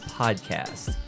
podcast